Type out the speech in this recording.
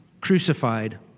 crucified